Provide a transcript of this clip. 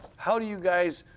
how do you guys